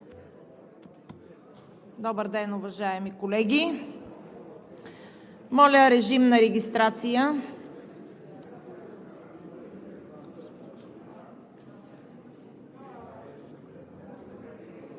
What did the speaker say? Добър ден, уважаеми колеги! Моля, режим на регистрация.